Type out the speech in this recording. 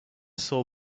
saw